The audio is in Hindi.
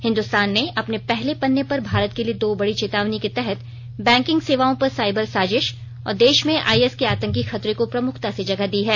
हिन्दुस्तान ने अपने पहले पन्ने पर भारत के लिए दो बड़ी चेतावनी के तहत बैंकिंग सेवाओं पर साइबर साजिश और देश में आईएस के आतंकी खतरे को प्रमुखता से जगह दी है